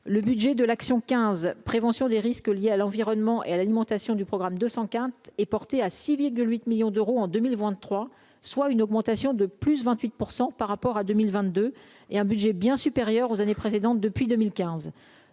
le budget de l'action 15, prévention des risques liés à l'environnement et à l'alimentation du programme 200 quinte et porté à 6 virgule 8 millions d'euros en 2023, soit une augmentation de plus 28 % par rapport à 2000 22 et un budget bien supérieur aux années précédentes, depuis 2015,